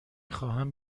خواهم